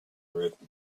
written